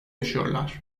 yaşıyorlar